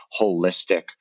holistic